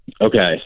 Okay